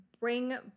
Bring